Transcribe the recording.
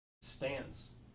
stance